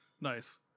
nice